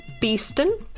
Beeston